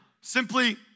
simply